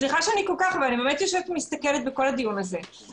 סליחה שאני מדברת כך אבל אני יושבת וצופה בדיון ואני